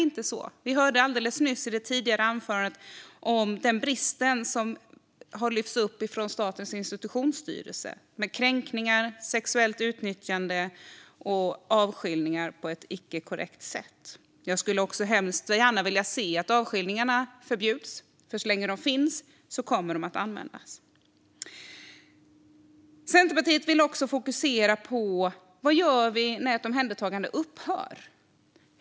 Vi hörde tidigare om bristerna i Statens institutionsstyrelses verksamhet: kränkningar, sexuellt utnyttjande och inkorrekta avskiljningar. Även jag skulle gärna se att avskiljningar förbjuds, för så länge de finns kommer de att användas. Centerpartiet vill också fokusera på vad som sker när ett omhändertagande upphör.